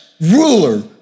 ruler